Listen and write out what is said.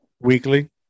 weekly